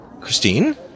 Christine